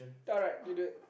alright you do it